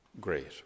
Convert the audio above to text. great